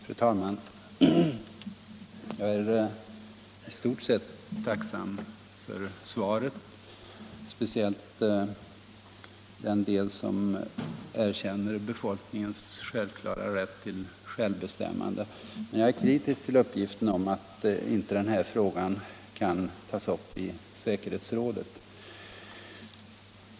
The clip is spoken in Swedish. Fru talman! Jag är i stort sett tacksam för svaret, speciellt den del som erkänner befolkningens självklara rätt till självbestämmande. Men jag är kritisk till uppgiften att denna allvarliga fråga inte kan tas upp i säkerhetsrådet.